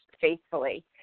faithfully